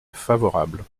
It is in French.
favorable